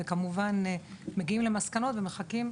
וכמובן מגיעים למסקנות ומחכים,